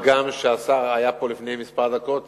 מה גם שהשר היה פה לפני כמה דקות,